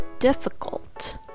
Difficult